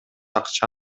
акча